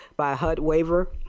by head waiver.